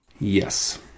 Yes